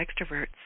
extroverts